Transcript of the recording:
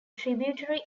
tributary